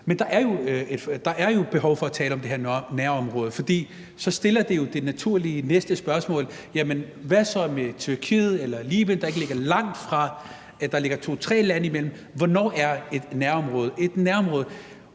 Men der er jo et behov for at tale om det her med nærområde. For så kommer jo det naturlige næste spørgsmål: Hvad så med Tyrkiet eller Libyen, hvor der ligger to-tre lande imellem – hvornår er et nærområde et nærområde?